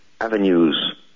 avenues